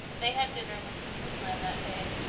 they had dinner with mrs. lynde that day,